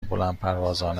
بلندپروازانه